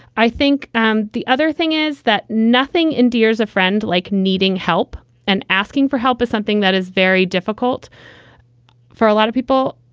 i think and the other thing is that nothing endears. a friend like needing help and asking for help is something that is very difficult for a lot of people.